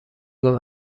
گفت